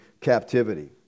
captivity